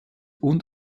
und